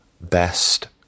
Best